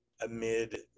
amid